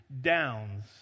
downs